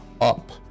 up